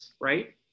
right